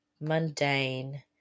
Mundane